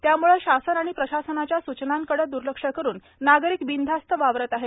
त्यामुळे शासन आणि प्रशासनाच्या सूचनांकडे दुर्लक्ष करून नागरिक बिनाधास्त वावरत आहेत